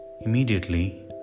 Immediately